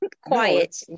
quiet